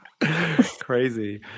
Crazy